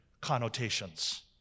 connotations